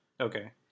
Okay